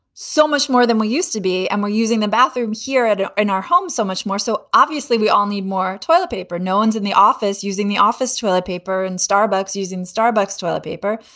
so much more than we used to be. and we're using the bathroom here at home, in our home, so much more. so obviously, we all need more toilet paper. no one's in the office using the office toilet paper and starbucks using starbucks toilet paper.